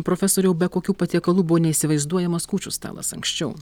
profesoriau be kokių patiekalų buvo neįsivaizduojamas kūčių stalas anksčiau